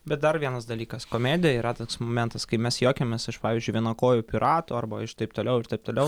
bet dar vienas dalykas komedija yra tas momentas kai mes juokiamės iš pavyzdžiui vienakojų piratų arba iš taip toliau ir taip toliau